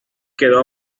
quedó